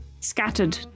scattered